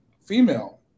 female